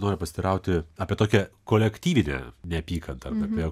noriu pasiteirauti apie tokią kolektyvinę neapykantą todėl